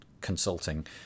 consulting